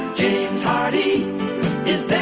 james hardie is there